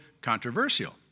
controversial